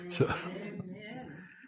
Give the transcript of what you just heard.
Amen